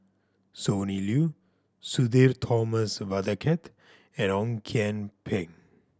Sonny Liew Sudhir Thomas Vadaketh and Ong Kian Peng